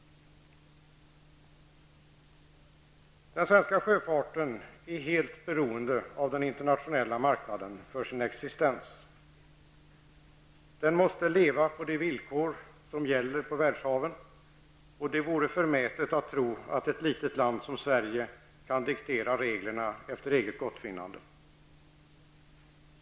Den svenska sjöfarten är helt beroende av den internationella marknaden för sin existens. Den måste leva på de villkor som gäller på världshaven, och det vore förmätet att tro att ett litet land som Sverige kan diktera reglerna efter eget gottfinnande.